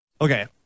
okay